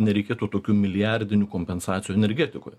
nereikėtų tokių milijardinių kompensacijų energetikoje